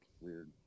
Weird